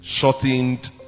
Shortened